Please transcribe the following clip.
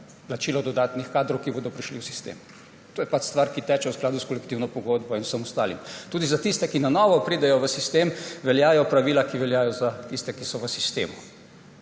plačilo dodatnih kadrov, ki bodo prišli v sistem. To je stvar, ki teče v skladu s kolektivno pogodbo in vsem ostalim. Tudi za tiste, ki na novo pridejo v sistem, veljajo pravila, ki veljajo za tiste, ki so v sistemu.